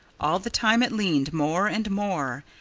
all the time it leaned more and more.